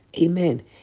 Amen